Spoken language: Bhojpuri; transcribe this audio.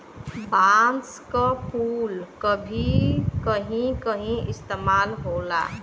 बांस क फुल क भी कहीं कहीं इस्तेमाल होला